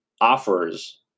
offers